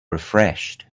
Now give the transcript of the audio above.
refreshed